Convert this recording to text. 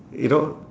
you know